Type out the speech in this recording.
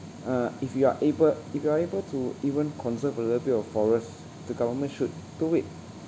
uh if you are able if you are able to even conserve a little bit of forest the government should do it